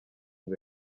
ngo